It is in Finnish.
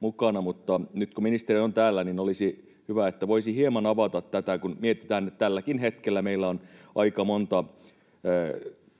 mutta nyt kun ministeri on täällä, niin olisi hyvä, että voisi hieman avata tätä, kun mietitään, että tälläkin hetkellä meillä on aika monta